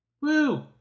Woo